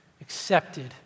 accepted